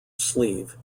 sleeve